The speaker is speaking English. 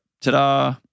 ta-da